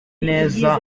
neza